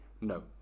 No